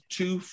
two